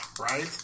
Right